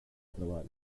treball